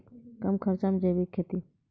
कम खर्च मे जैविक खेती?